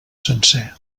sencer